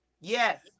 Yes